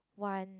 one